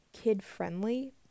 kid-friendly